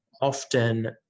often